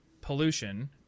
pollution